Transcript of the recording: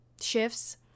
shifts